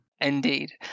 Indeed